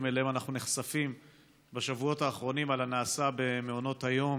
שאליהם אנחנו נחשפים בשבועות האחרונים על הנעשה במעונות היום